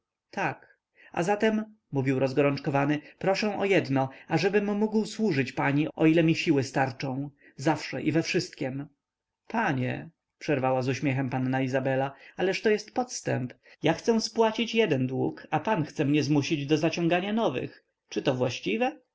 tak a więc mówił rozgorączkowany proszę o jedno ażebym mógł służyć pani o ile mi siły starczą zawsze i we wszystkiem panie przerwała z uśmiechem panna izabela ależ to jest podstęp ja chcę spłacić jeden dług a pan chce mnie zmusić do zaciągania nowych czy to właściwe